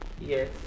Yes